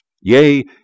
yea